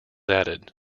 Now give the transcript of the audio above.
added